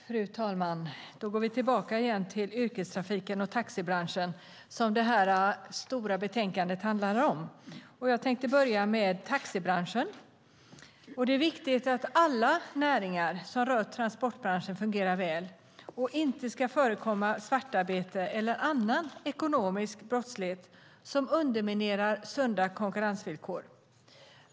Fru talman! I detta betänkande behandlas två stora områden, yrkestrafiken och taxibranschen. Låt mig börja med taxibranschen. Det är viktigt att alla näringar som rör transportbranschen fungerar väl och att det inte ska förekomma svartarbete eller annan ekonomisk brottslighet som underminerar sunda konkurrensvillkor.